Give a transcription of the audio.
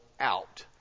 out